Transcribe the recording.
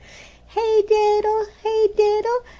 hey diddle! hey diddle!